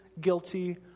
guilty